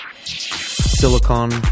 silicon